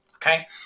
Okay